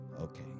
Okay